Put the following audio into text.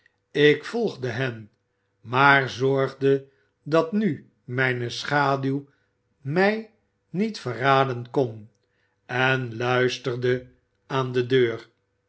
ik volgde hen maar zorgde dat nu mijne schaduw mij niet verraden kon en luisterde aan de deur